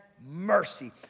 mercy